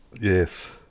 Yes